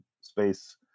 space